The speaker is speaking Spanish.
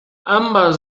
ambas